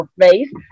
face